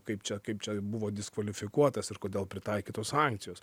kaip čia kaip čia buvo diskvalifikuotas ir kodėl pritaikytos sankcijos